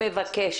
מובן